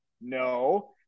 no